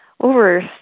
over